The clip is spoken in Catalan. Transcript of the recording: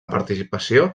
participació